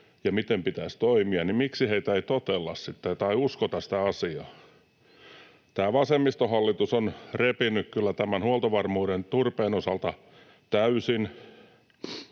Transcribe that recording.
ja miten pitäisi toimia, niin miksi ei totella tai uskota sitä asiaa? Tämä vasemmistohallitus on repinyt kyllä tämän huoltovarmuuden turpeen osalta täysin.